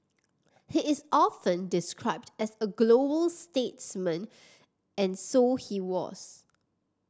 he is often described as a global statesman and so he was